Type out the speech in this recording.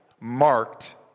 Marked